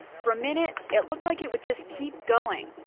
for a minute it looked like it would just keep going,